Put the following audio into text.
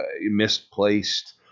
misplaced